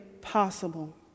possible